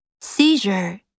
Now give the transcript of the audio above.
Seizure